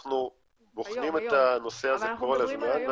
אנחנו בוחנים את הנושא הזה כל הזמן.